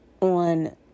on